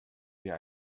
wir